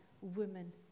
women